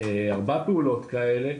ארבע פעולות כאלה.